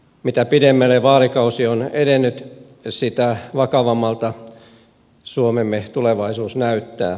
mitä pidemmälle vaalikausi on edennyt sitä vakavammalta suomemme tulevaisuus näyttää